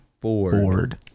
bored